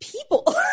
People